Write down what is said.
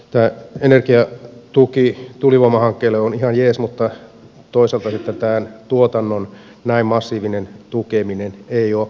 lyhyesti sanottuna tämä energiatuki tuulivoimahankkeelle on ihan jees mutta toisaalta sitten tämän tuotannon näin massiivinen tukeminen ei ole